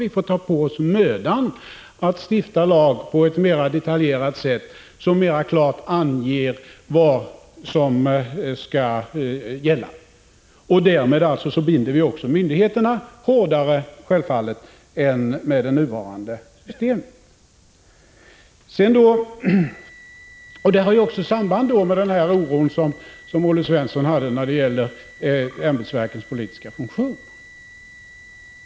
Vi får ta på oss mödan att stifta lagar på ett mera detaljerat sätt som mera klart anger vad som skall gälla. Därmed binder vi också självfallet myndigheterna hårdare än med det nuvarande systemet. Detta har samband med den oro som Olle Svensson sade sig hysa beträffande ämbetsverkens politiska funktion.